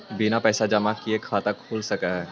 बिना पैसा जमा किए खाता खुल सक है?